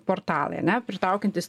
portalai ane pritraukiantys